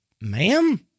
ma'am